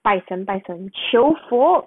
拜神拜神求佛